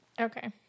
Okay